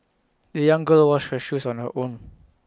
the young girl washed her shoes on her own